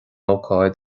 ócáid